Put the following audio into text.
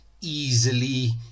easily